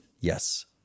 Yes